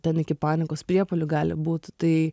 ten iki panikos priepuolių gali būti tai